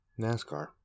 NASCAR